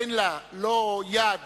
אין לה לא יד